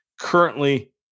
Currently